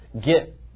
get